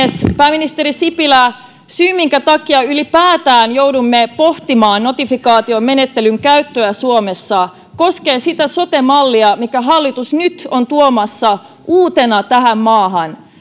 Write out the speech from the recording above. pääministeri sipilä syy minkä takia ylipäätään joudumme pohtimaan notifikaatiomenettelyn käyttöä suomessa koskee sitä sote mallia jonka hallitus nyt on tuomassa uutena tähän maahan ja